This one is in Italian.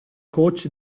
coach